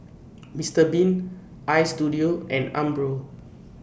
Mister Bean Istudio and Umbro